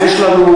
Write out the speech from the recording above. אז יש לנו,